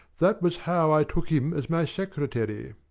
that was how i took him as my secretary.